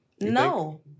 No